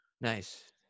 Nice